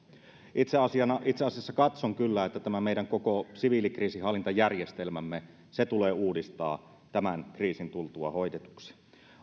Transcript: itse asiassa katson kyllä että tämä meidän koko siviilikriisinhallintajärjestelmämme tulee uudistaa tämän kriisin tultua hoidetuksi